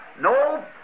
no